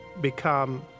become